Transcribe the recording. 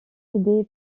aidé